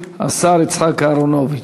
השר יצחק אהרונוביץ.